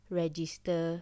register